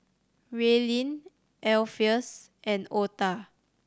Raelynn Alpheus and Otha